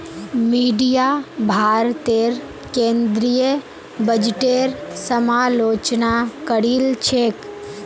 media भारतेर केंद्रीय बजटेर समालोचना करील छेक